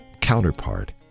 counterpart